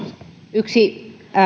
yksi